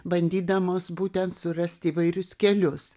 bandydamos būtent surasti įvairius kelius